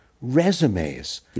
resumes